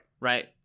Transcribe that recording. right